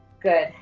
good.